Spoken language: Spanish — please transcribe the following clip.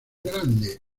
grande